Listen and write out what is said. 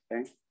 okay